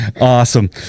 awesome